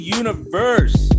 universe